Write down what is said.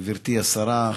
גברתי השרה,